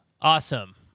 Awesome